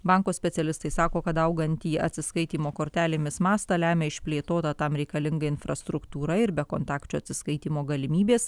banko specialistai sako kad augantį atsiskaitymo kortelėmis mastą lemia išplėtota tam reikalinga infrastruktūra ir bekontakčio atsiskaitymo galimybės